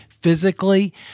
physically